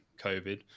COVID